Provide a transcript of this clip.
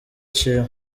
ciwe